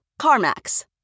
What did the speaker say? CarMax